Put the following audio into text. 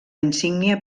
insígnia